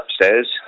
upstairs